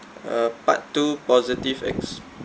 uh part two positive ex~